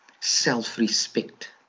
self-respect